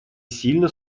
сильно